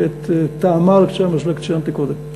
שאת טעמה על קצה המזלג ציינתי קודם.